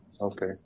Okay